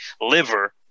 liver